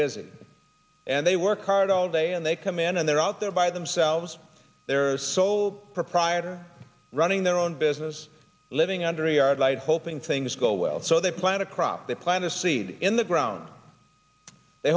busy and they work hard all day and they come in and they're out there by themselves there's sole proprietor running their own business living under a yard light hoping things go well so they plan a crop they planted a seed in the ground they